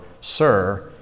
Sir